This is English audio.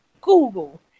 Google